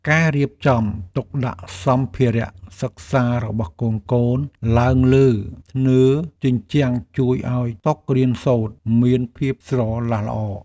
ការរៀបចំទុកដាក់សម្ភារៈសិក្សារបស់កូនៗឡើងលើធ្នើរជញ្ជាំងជួយឱ្យតុរៀនសូត្រមានភាពស្រឡះល្អ។